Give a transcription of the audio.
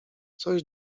coś